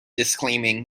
disclaiming